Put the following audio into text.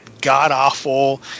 god-awful